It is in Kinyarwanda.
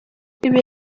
ibi